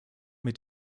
mit